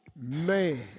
Man